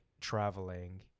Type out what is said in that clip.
traveling